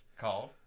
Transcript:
called